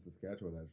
Saskatchewan